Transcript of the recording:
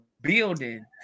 building